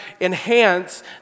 enhance